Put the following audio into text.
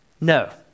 no